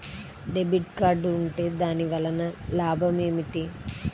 Debit card ఉంటే దాని వలన లాభం ఏమిటీ?